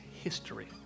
history